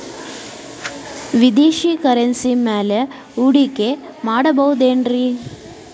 ವಿದೇಶಿ ಕರೆನ್ಸಿ ಮ್ಯಾಲೆ ಹೂಡಿಕೆ ಮಾಡಬಹುದೇನ್ರಿ?